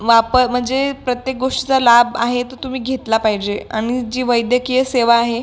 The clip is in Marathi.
वापर म्हणजे प्रत्येक गोष्ट लाभ आहे तो तुम्ही घेतला पाहिजे आणि जी वैद्यकीय सेवा आहे